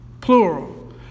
plural